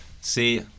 See